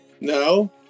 No